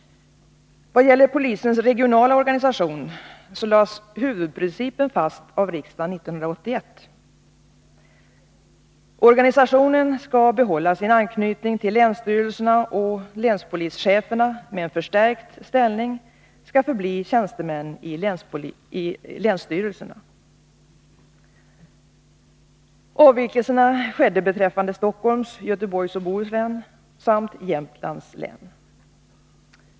Vad gäller polisens regionala organisation lades huvudprincipen fast av riksdagen 1981. Organisationen skall behålla sin anknytning till länsstyrelserna, och länspolischeferna med en förstärkt ställning skall förbli tjänstemän i länsstyrelserna. Avvikelserna skedde beträffande Stockholms län, Göteborgs och Bohus län samt Jämtlands län.